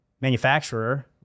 manufacturer